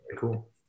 Cool